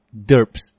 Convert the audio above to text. derps